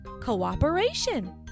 Cooperation